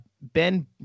Ben